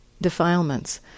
defilements